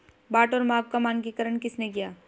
बाट और माप का मानकीकरण किसने किया?